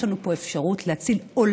יש לנו פה אפשרות להציל עולמות,